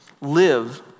live